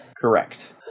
Correct